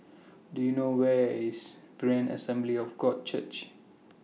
Do YOU know Where IS Berean Assembly of God Church